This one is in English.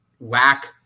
lack